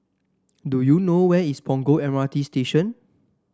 do you know where is Punggol M R T Station